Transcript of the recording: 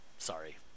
Sorry